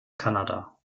kanada